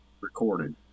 recorded